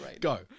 go